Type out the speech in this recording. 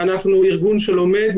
ואנחנו ארגון שלומד,